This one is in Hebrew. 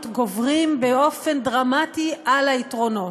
גוברים באופן דרמטי על היתרונות.